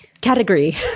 Category